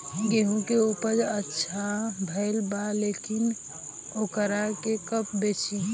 गेहूं के उपज अच्छा भेल बा लेकिन वोकरा के कब बेची?